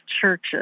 churches